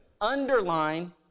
Underline